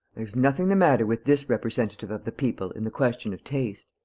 there's nothing the matter with this representative of the people in the question of taste.